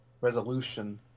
resolution